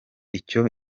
icyo